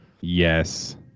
Yes